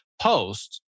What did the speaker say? post